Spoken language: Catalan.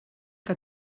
que